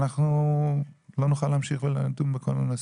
אנחנו לא נוכל להמשיך ולדון בכל הנושא,